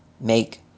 make